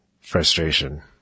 frustration